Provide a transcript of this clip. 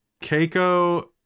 Keiko